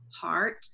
heart